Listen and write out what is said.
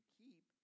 keep